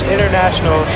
International